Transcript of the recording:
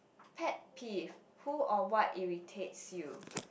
pet peeve who or what irritates you